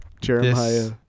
Jeremiah